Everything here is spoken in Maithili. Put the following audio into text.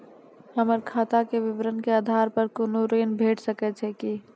हमर खाता के विवरण के आधार प कुनू ऋण भेट सकै छै की?